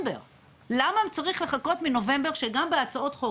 למה הוא צריך לחכות מנובמבר כשגם בהצעות חוק